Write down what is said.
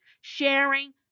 sharing